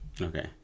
Okay